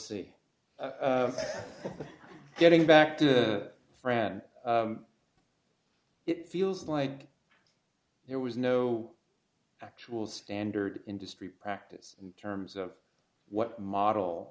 the getting back to the friend it feels like there was no actual standard industry practice in terms of what model